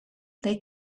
they